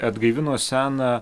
atgaivino seną